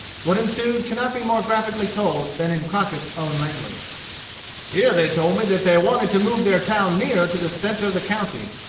what ensued cannot be more graphically told than in crockett's own language here they told me that they wanted to move their town nearer to the centre of the county,